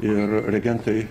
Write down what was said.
ir reagentai